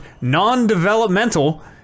non-developmental